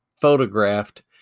photographed